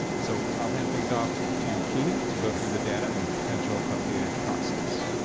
so i'll hand things off to kini to go through the data and the potential updated process.